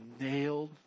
nailed